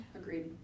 Agreed